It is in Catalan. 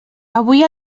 avui